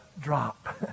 drop